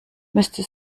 müsste